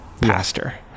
pastor